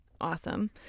awesome